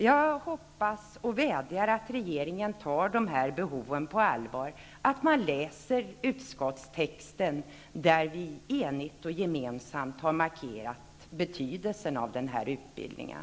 Jag hoppas och vädjar att regeringen tar dessa behov på allvar och att man läser utskottstexten där vi enigt och gemensamt har markerat betydelsen av den här utbildningen.